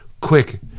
quick